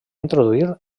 introduir